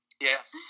Yes